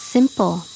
Simple